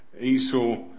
Esau